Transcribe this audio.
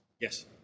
Yes